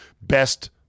best